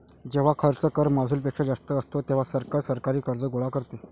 जेव्हा खर्च कर महसुलापेक्षा जास्त असतो, तेव्हा सरकार सरकारी कर्ज गोळा करते